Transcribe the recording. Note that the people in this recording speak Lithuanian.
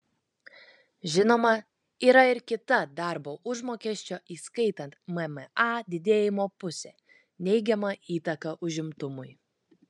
žinoma yra ir kita darbo užmokesčio įskaitant mma didėjimo pusė neigiama įtaka užimtumui